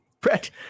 Brett